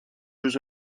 jeux